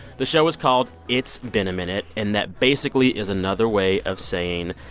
the show is called it's been a minute. and that basically is another way of saying,